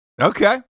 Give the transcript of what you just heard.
Okay